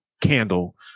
candle